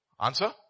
answer